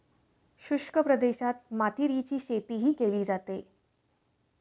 शुष्क प्रदेशात मातीरीची शेतीही केली जाते